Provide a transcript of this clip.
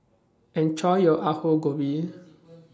Enjoy your Aloo Gobi